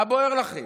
מה בוער לכם?